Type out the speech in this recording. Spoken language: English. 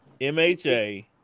MHA